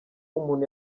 umuntu